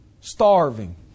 Starving